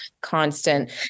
constant